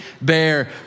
bear